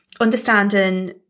understanding